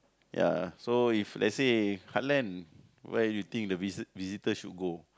ya so if let's say heartland where you think the visit visitor should go